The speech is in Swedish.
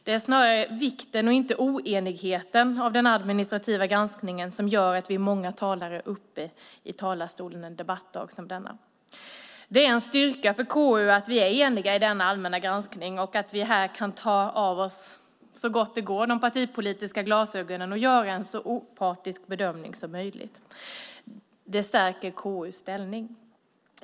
Det är snarare vikten av den administrativa granskningen, och inte oenigheten, som gör att vi är många talare uppe i talarstolen en debattdag som denna. Det är en styrka för KU att vi är eniga i denna allmänna granskning och att vi här kan ta av oss, så gott det går, de partipolitiska glasögonen och göra en så opartisk bedömning som möjligt. Det stärker KU:s ställning.